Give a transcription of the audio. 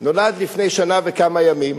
הוא נולד לפני שנה וכמה ימים,